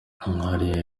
haile